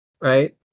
right